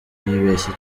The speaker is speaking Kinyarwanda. yibeshye